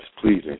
pleasing